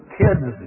kids